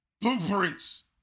blueprints